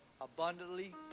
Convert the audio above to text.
abundantly